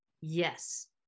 Yes